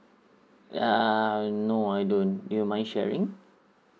err no I don't do you mind sharing